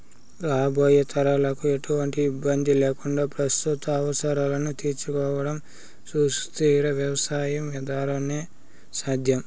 రాబోయే తరాలకు ఎటువంటి ఇబ్బంది లేకుండా ప్రస్తుత అవసరాలను తీర్చుకోవడం సుస్థిర వ్యవసాయం ద్వారానే సాధ్యం